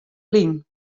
lyn